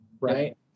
right